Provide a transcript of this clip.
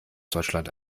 deutschland